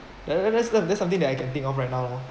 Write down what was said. there there there there's something that I can think of right now lor